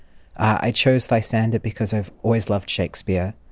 i chose lysander because i've always loved shakespeare.